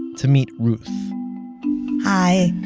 to meet ruth hi.